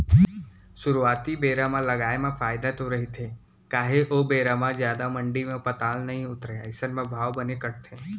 सुरुवाती बेरा म लगाए म फायदा तो रहिथे काहे ओ बेरा म जादा मंडी म पताल नइ उतरय अइसन म भाव बने कटथे